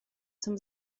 zum